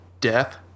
death